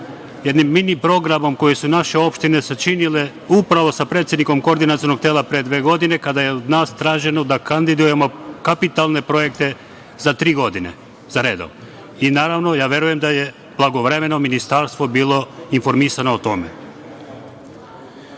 jednim mini programom koji su naše opštine sačinile upravo sa predsednikom Koordinacionog tela pre dve godine, a kada je od nas traženo da kandidujemo kapitalne projekte za tri godine zaredom. Naravno, verujem da je blagovremeno ministarstvo bilo informisano o tome. Što